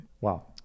wow